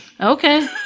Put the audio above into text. Okay